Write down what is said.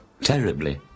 Terribly